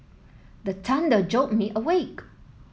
the thunder jolt me awake